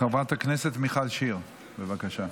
חברת הכנסת מיכל שיר, בבקשה.